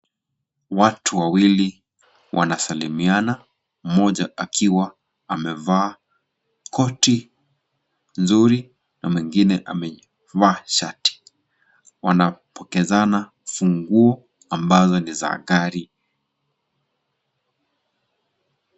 Watu wawili wanasalimiana, moja akiwa amevaa koti nzuri na mwingine amevaa shati, wanapokezana funguo ambazo ni za gari.